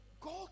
God